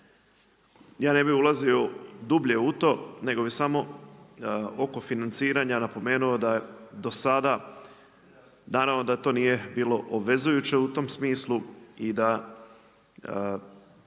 Ja ne bi ulazio dublje u to nego bi samo oko financiranja napomenuo da je do sada, naravno da to nije bilo obvezujuće u tom smislu i da